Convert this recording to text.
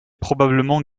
probablement